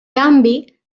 canvi